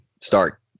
start